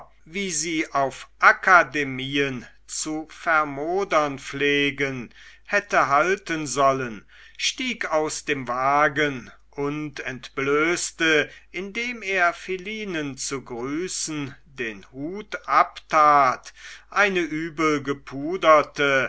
wie sie auf akademien zu vermodern pflegen hätte halten sollen stieg aus dem wagen und entblößte indem er philinen zu grüßen den hut abtat eine